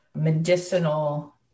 medicinal